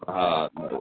हा